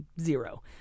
zero